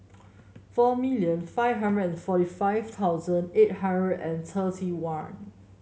four million five hundred and forty five thousand eight hundred and thirty one